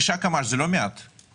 אני רק מעיר את תשומת לבכם.